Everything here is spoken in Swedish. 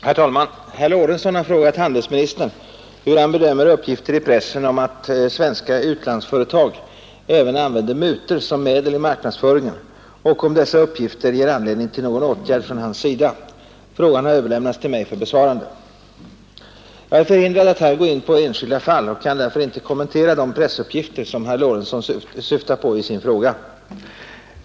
Herr talman! Herr Lorentzon har frågat handelsministern hur han bedömer uppgifter i pressen om att svenska utlandsföretag även använder mutor som medel i marknadsföringen och om dessa uppgifter ger anledning till någon åtgärd från hans sida. Frågan har överlämnats till mig för besvarande. Jag är förhindrad att här gå in på enskilda fall och kan därför inte kommentera de pressuppgifter som herr Lorentzon syftar på i sin fråga.